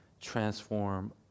transform